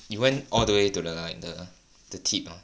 you went all the way to the like the the tip or not